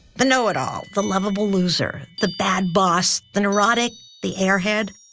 the know-it-all, the loveable loser, the bad boss, the neurotic, the airhead.